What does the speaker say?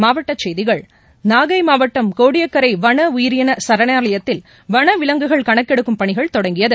மாவட்டச்செய்திகள் நாகை மாவட்டம் கோடியக்கரை வன உயிரின சரணாலயத்தில் வன விலங்குகள் கணக்கெடுக்கும் பணிகள் தொடங்கியது